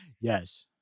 yes